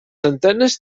antenes